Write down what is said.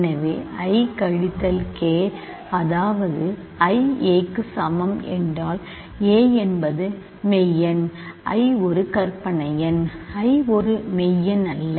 எனவே i கழித்தல் k அதாவது i a க்கு சமம் ஏனென்றால் a என்பது மெய்யெண் i ஒரு கற்பனை எண் i ஒரு மெய்யெண் அல்ல